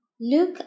look